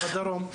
ובדרום?